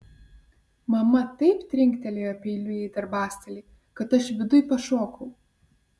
mama taip trinktelėjo peiliu į darbastalį kad aš viduj pašokau